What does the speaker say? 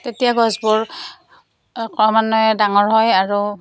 তেতিয়া গছবোৰ ক্ৰমান্বৱে ডাঙৰ হয় আৰু